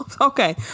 okay